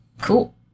Cool